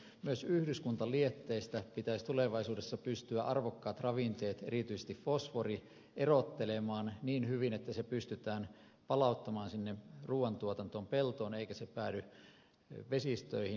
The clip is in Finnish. myös yhdyskuntalietteistä pitäisi tulevaisuudessa pystyä arvokkaat ravinteet erityisesti fosfori erottelemaan niin hyvin että ne pystytään palauttamaan sinne ruuan tuotantoon peltoon eivätkä ne päädy vesistöihin